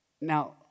Now